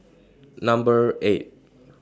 Number eight